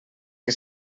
que